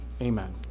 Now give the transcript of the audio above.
amen